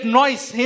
noise